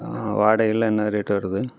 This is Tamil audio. வாடகை எல்லாம் என்ன ரேட் வருது